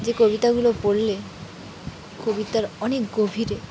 যে কবিতাগুলো পড়লে কবিতার অনেক গভীরে